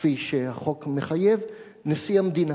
כפי שהחוק מחייב, נשיא המדינה.